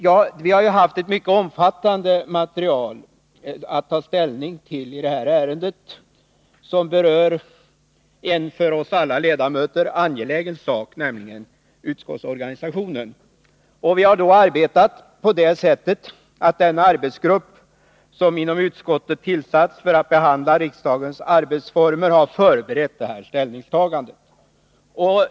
Utskottet har haft ett mycket omfattande material att ta ställning till i det här ärendet, som berör en för oss alla ledamöter angelägen sak, nämligen utskottsorganisationen. Vi har arbetat på det sättet att den arbetsgrupp som inom utskottet tillsatts för att behandla riksdagens arbetsformer har berett utskottets ställningstagande.